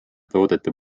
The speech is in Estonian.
toodete